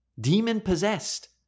Demon-possessed